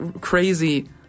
crazy